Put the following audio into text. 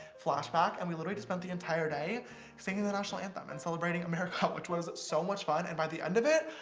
flashback, and we literally just spent the entire day singing the national anthem and celebrating america, which was so much fun, and by the end of it,